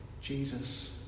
Jesus